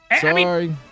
Sorry